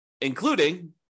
including